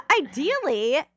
ideally